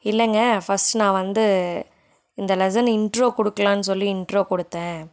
இல்லைங்க ஃபஸ்ட் நான் வந்து இந்த லெசன் இன்ட்ரோ கொடுக்கலான்னு சொல்லி இன்ட்ரோ கொடுத்தேன்